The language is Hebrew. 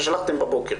ששלחתם בבוקר,